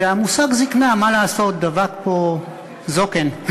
והמושג זיקנה, מה לעשות, דבק בו זוקן.